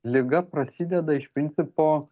liga prasideda iš principo